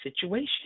situation